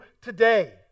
today